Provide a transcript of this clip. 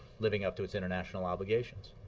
living up to its international obligations.